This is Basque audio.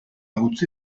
utzi